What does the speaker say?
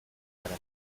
gara